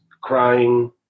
Crying